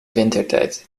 wintertijd